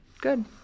Good